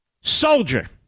soldier